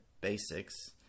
basics